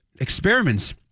experiments